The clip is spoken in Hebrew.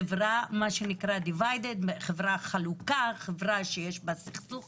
חברה חלוקה, חברה שיש בה סכסוך